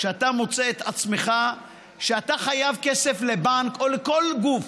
כשאתה מוצא את עצמך שאתה חייב כסף לבנק או לכל גוף?